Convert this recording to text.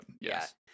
yes